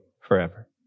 forever